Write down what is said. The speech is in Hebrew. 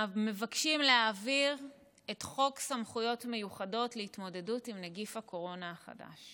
מבקשים להעביר את חוק סמכויות מיוחדות להתמודדות עם נגיף הקורונה החדש